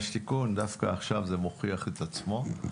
יש תיקון, ודווקא עכשיו זה מוכיח את עצמו.